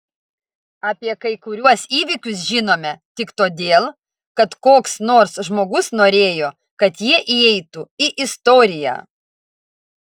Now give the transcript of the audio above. apie kai kuriuos įvykius žinome tik todėl kad koks nors žmogus norėjo kad jie įeitų į istoriją